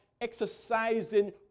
exercising